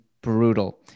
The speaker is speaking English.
brutal